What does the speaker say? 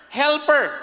helper